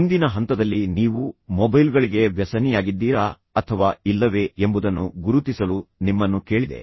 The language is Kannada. ಮುಂದಿನ ಹಂತದಲ್ಲಿ ನೀವು ಮೊಬೈಲ್ಗಳಿಗೆ ವ್ಯಸನಿಯಾಗಿದ್ದೀರಾ ಅಥವಾ ಇಲ್ಲವೇ ಎಂಬುದನ್ನು ಗುರುತಿಸಲು ನಿಮ್ಮನ್ನು ಕೇಳಿದೆ